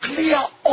clear